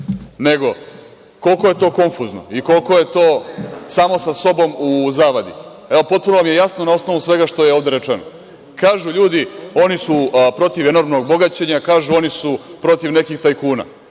meseca. Koliko je to konfuzno i koliko je to samo sa sobom u zavadi potpuno je jasno na osnovu svega što je ovde rečeno. Kažu ljudi da su oni protiv enormnog bogaćenja, kažu da su protiv nekih tajkuna,